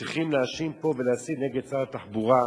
צריכים להאשים פה ולהסית נגד שר התחבורה?